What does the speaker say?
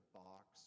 box